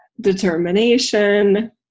determination